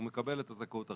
הוא מקבל את הזכאות הרגילה,